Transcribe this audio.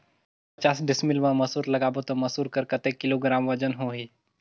पचास डिसमिल मा मसुर लगाबो ता मसुर कर कतेक किलोग्राम वजन होही?